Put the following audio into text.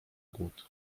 głód